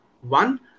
One